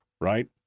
right